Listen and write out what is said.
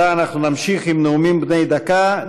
תודה, אנחנו נמשיך בנאומים בני דקה.